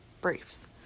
Briefs